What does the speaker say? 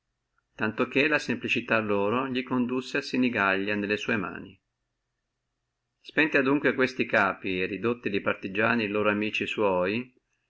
tanto che la simplicità loro li condusse a sinigallia nelle sua mani spenti adunque questi capi e ridotti li partigiani loro amici sua